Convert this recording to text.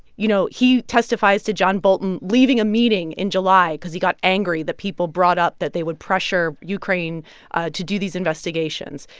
you know, he testifies to john bolton leaving a meeting in july because he got angry that people brought up that they would pressure ukraine to do these investigations.